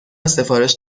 سفارش